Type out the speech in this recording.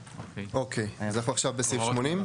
אוקיי אז אנחנו עכשיו בסעיף 80?